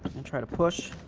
and try to push,